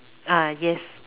ah yes